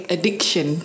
Addiction